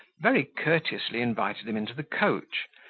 very courteously invited him into the coach,